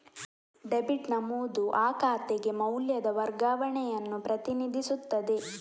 debit ನಮೂದು ಆ ಖಾತೆಗೆ ಮೌಲ್ಯದ ವರ್ಗಾವಣೆಯನ್ನು ಪ್ರತಿನಿಧಿಸುತ್ತದೆ